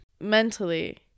mentally